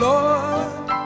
Lord